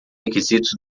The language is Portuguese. requisitos